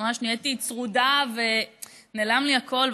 שממש נהייתי צרודה וממש נעלם לי הקול,